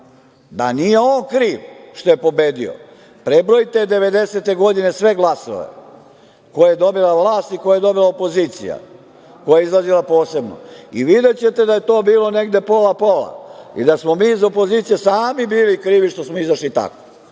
da nije on kriv što je pobedio. Prebrojte devedesete godine sve glasove koje je dobila vlast i koje je dobila opozicija koja je izlazila posebno i videćete da je to bilo negde pola-pola i da smo mi iz opozicije sami bili krivi što smo izašli tako. Hajde